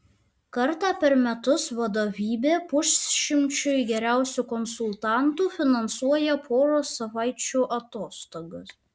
kartą per metus vadovybė pusšimčiui geriausių konsultantų finansuoja poros savaičių atostogas